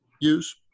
use